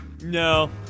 No